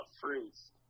fruits